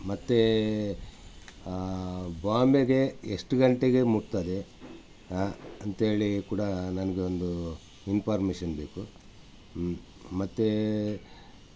ಮತ್ತೆ ಬಾಂಬೆಗೆ ಎಷ್ಟು ಗಂಟೆಗೆ ಮುಟ್ತದೆ ಅಂತೇಳಿ ಕೂಡ ನನಗೆ ಒಂದು ಇನ್ಪಾರ್ಮೇಶನ್ ಬೇಕು ಮತ್ತೆ